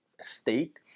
state